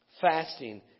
fasting